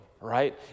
right